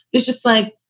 it's just like,